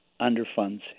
underfunds